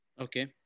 Okay